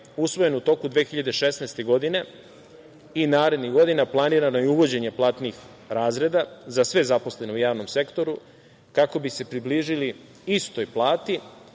usvojen u toku 2016. godine i narednih godina planirano je uvođenje platnih razreda za sve zaposlene u javnom sektoru kako bi se približili istoj plati